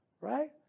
right